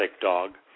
dog